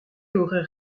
aurait